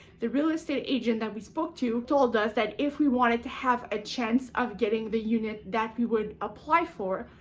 the real estate agent that we spoke to told us that if we wanted to have a chance of getting the unit that we would apply for,